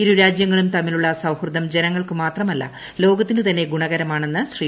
ഇരു രാജ്യങ്ങളും തമ്മിലുള്ള സൌഹൃദം ജനങ്ങൾക്കു മാത്രമല്ല ലോകത്തിനു തന്നെ ഗുണകരമാണെന്ന് ശ്രീ